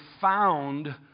found